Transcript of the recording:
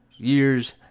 Years